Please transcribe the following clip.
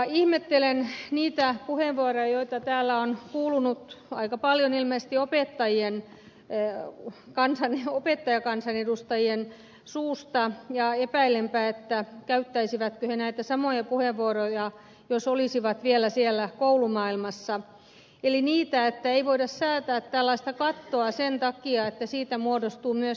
ihmettelen niitä puheenvuoroja joita täällä on kuulunut aika paljon ilmeisesti opettajakansanedustajien suusta ja epäilenpä käyttäisivätkö he näitä samoja puheenvuoroja jos olisivat vielä siellä koulumaailmassa eli että ei voida säätää tällaista kattoa sen takia että siitä muodostuu myös minimi